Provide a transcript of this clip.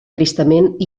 tristament